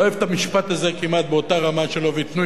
אני לא אוהב את המשפט הזה כמעט באותה רמה שאני לא אוהב את "ייתנו,